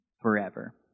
forever